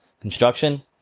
Construction